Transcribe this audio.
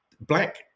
Black